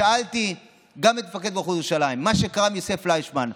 שאלתי גם את מפקד מחוז ירושלים: מה שקרה עם יוסף פליישמן,